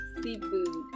seafood